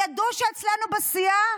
ידעו שאצלנו בסיעה